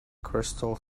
crystal